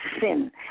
sin